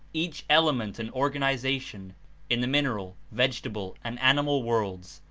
each element and or ganization in the mineral, vegetable and animal worlds,